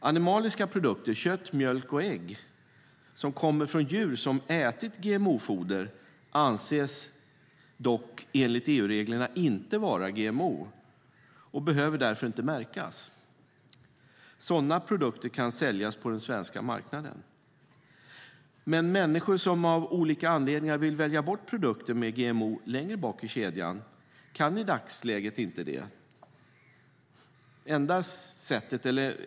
Animaliska produkter - kött, mjölk och ägg - som kommer från djur som har ätit GMO-foder anses dock enligt EU-reglerna inte vara GMO och behöver därför inte märkas. Sådana produkter kan säljas på den svenska marknaden. Människor som av olika anledningar vill välja bort produkter med GMO längre bak i kedjan kan i dagsläget inte göra det.